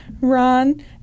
Ron